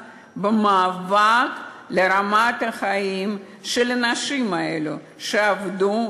למאבק למען רמת החיים של האנשים האלו שעבדו,